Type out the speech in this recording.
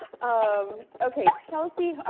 um okay, chelsea,